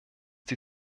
die